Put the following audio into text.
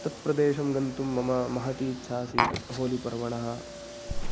तत् प्रदेशं गन्तुं मम महती इच्छा आसीत् होलिपर्वणः